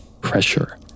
pressure